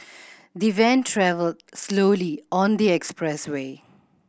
the van travelled slowly on the expressway